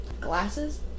glasses